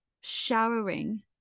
showering